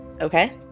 okay